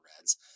reds